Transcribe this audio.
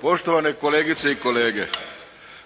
poštovane kolegice i kolege.